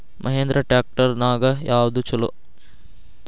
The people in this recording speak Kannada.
ಮಹೇಂದ್ರಾ ಟ್ರ್ಯಾಕ್ಟರ್ ನ್ಯಾಗ ಯಾವ್ದ ಛಲೋ?